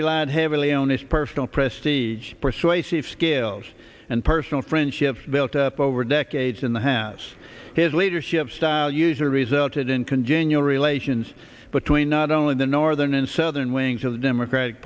relied heavily on his personal prestige persuasive skills and personal friendship built up over decades in the house his leadership style user resulted in congenial relations between not only the northern and southern wings of the democratic